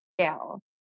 scale